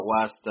west